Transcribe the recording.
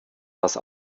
das